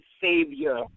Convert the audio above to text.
savior